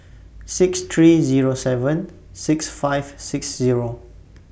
six three Zero seven six five six Zero